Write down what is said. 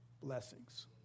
blessings